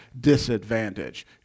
disadvantage